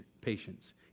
patience